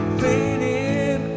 faded